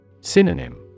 Synonym